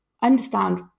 understand